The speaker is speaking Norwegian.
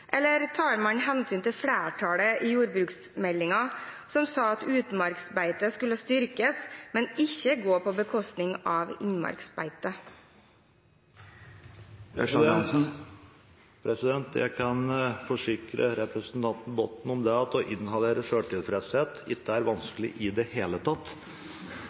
flertallet i jordbruksmeldingen som sa at utmarksbeitet skulle styrkes, men ikke gå på bekostning av innmarksbeite? Jeg kan forsikre representanten Botten om at det å inhalere selvtilfredshet ikke er vanskelig i det hele tatt.